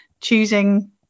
choosing